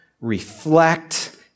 reflect